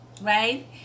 right